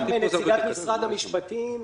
גם נציגת משרד המשפטים,